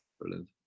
Brilliant